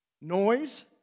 noise